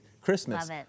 Christmas